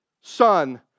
son